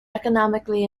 economically